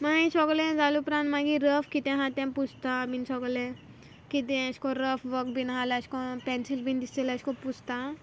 मागी सोगलें जाल उपरांत मागी रफ कीत आहा तें पुसतां बीन सोगलें कितें अेश कोन्न रफ वर्क बीन आहा जाल्यार पॅन्सील बी दिसत जाल्यार अेश कोन्न पुसतां